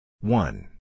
One